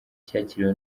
cyakiriwe